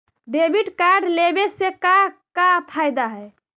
Debit card लेवे से का का फायदा है?